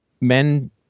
men